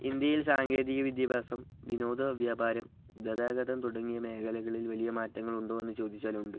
ഇന്ത്യയിൽ സാങ്കേതിക വിദ്യാഭ്യാസം വിനോദ വ്യാപാരം ഗതാഗതം തുടങ്ങിയ മേഖലകളിൽ വലിയ മാറ്റങ്ങളുണ്ടോയെന്ന് ചോദിച്ചാലുണ്ട്